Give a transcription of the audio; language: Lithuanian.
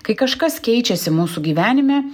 kai kažkas keičiasi mūsų gyvenime